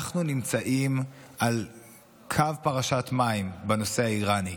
אנחנו נמצאים על קו פרשת מים בנושא האיראני,